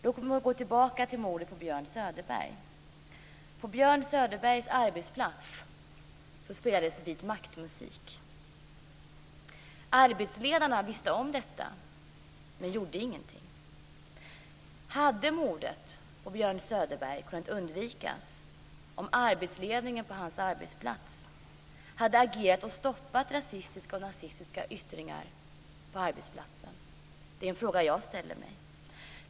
Låt mig gå tillbaka till mordet på Björn Söderberg. På Björn Söderbergs arbetsplats spelades vitmaktmusik. Arbetsledarna visste om detta men gjorde ingenting. Hade mordet på Björn Söderberg kunnat undvikas om arbetsledningen på hans arbetsplats hade agerat och stoppat rasistiska och nazistiska yttringar på arbetsplatsen? Det är en fråga jag ställer mig.